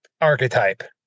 archetype